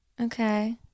Okay